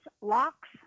locks